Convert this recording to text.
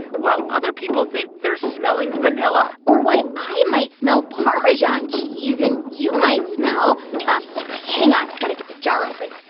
while other people think they're smelling vanilla or why i might smell parmesan cheese, and you might smell hang on. got to get the jar open.